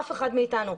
ולא אף אחד אמיתנו,